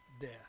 death